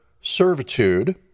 servitude